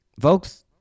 folks